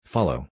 Follow